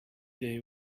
day